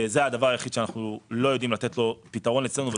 זה הדבר היחיד שאנחנו לא יודעים לתת לו פתרון אצלנו.